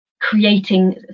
creating